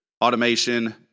automation